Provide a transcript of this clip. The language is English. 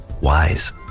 wise